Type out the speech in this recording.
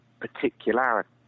particularity